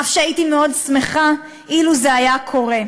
אף שהייתי מאוד שמחה אילו זה היה קורה.